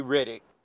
Riddick